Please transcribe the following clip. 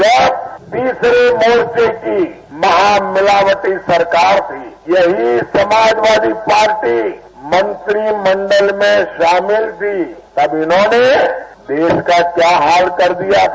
जब तीसरे मोर्चे की महामिलावटी सरकार यही समाजवादी पार्टी मंत्रिमंडल में शामिल थी तब इन्होंने देश का क्या हाल कर दिया था